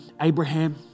Abraham